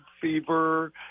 fever